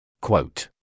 quote